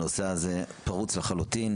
ראו שהנושא הזה פרוץ לחלוטין.